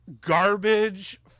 garbage